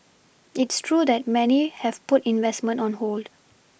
it's true that many have put investment on hold